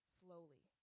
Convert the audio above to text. slowly